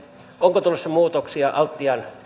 onko tulossa muutoksia altian